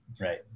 Right